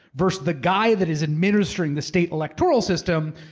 versus the guy that is administering the state electoral system.